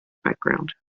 background